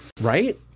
right